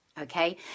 Okay